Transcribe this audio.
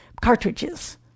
cartridges